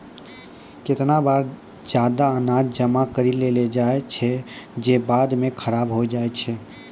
केतना बार जादा अनाज जमा करि लेलो जाय छै जे बाद म खराब होय जाय छै